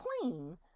clean